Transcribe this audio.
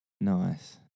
Nice